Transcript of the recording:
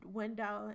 window